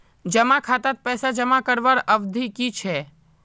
जमा खातात पैसा जमा करवार अवधि की छे?